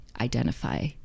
identify